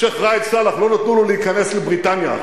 שיח' ראאד סלאח,